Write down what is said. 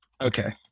Okay